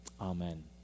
Amen